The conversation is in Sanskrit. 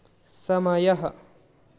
समयः